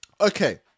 Okay